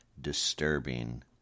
disturbing